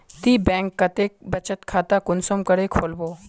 ती बैंक कतेक बचत खाता कुंसम करे खोलबो?